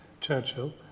Churchill